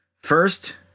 First